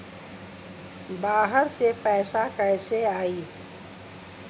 बाहर से पैसा कैसे आई?